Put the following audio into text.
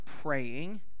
praying